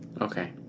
Okay